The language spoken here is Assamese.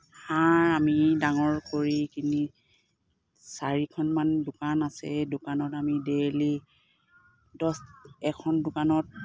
হাঁহ আমি ডাঙৰ কৰি কিনি চাৰিখনমান দোকান আছে এই দোকানত আমি ডেইলী দহ এখন দোকানত